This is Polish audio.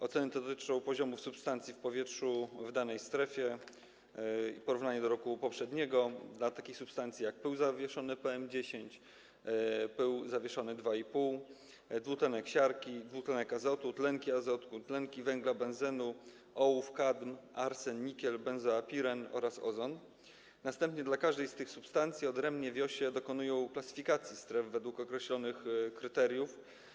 Oceny te dotyczą poziomów substancji w powietrzu w danej strefie w porównaniu do roku poprzedniego dla takich substancji jak pył zawieszony PM10, pył zawieszony PM2,5, dwutlenek siarki, dwutlenek azotu, tlenki azotu, węgla, benzenu, ołów, kadm, arsen, nikiel, benzo (a) piren oraz ozon, a następnie dla każdej z tych substancji odrębnie WIOŚ dokonują klasyfikacji stref według określonych kryteriów.